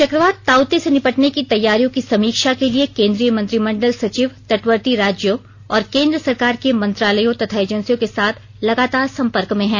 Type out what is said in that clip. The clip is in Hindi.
चक्रवात ताउते से निपटने की तैयारियों की समीक्षा के लिए केन्द्रीय मंत्रिमंडल सचिव तटवर्ती राज्यों और केन्द्र सरकार के मंत्रालयों तथा एजेंसियों के साथ लगातार संपर्क में हैं